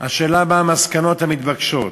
השאלה, מה המסקנות המתבקשות.